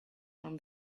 from